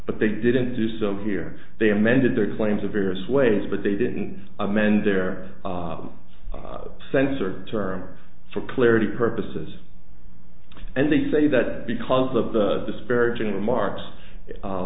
but they didn't do so here they amended their claims of various ways but they didn't amend their sense or term for clarity purposes and they say that because of the disparaging remarks